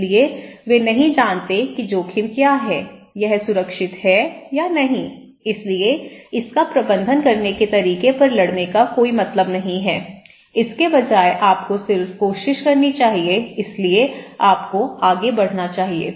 इसलिए वे नहीं जानते कि जोखिम क्या है यह सुरक्षित है या नहीं इसलिए इसका प्रबंधन करने के तरीके पर लड़ने का कोई मतलब नहीं है इसके बजाय आपको सिर्फ कोशिश करनी चाहिए इसलिए आपको आगे बढ़ना चाहिए